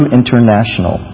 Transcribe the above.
international